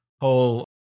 whole